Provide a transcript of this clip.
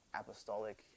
apostolic